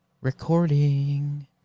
Recording